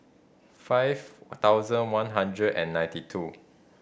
five thousand one hundred and ninety two